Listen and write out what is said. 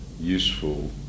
useful